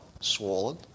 Swollen